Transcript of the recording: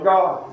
God